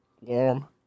Warm